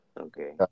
Okay